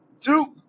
Duke